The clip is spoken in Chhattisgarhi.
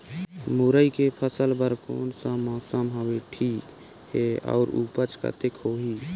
मुरई के फसल बर कोन सा मौसम हवे ठीक हे अउर ऊपज कतेक होही?